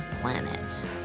planet